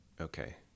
Okay